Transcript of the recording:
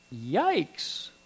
Yikes